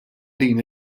din